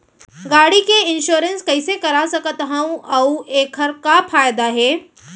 गाड़ी के इन्श्योरेन्स कइसे करा सकत हवं अऊ एखर का फायदा हे?